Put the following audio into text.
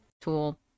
tool